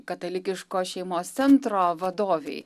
katalikiškos šeimos centro vadovei